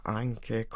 anche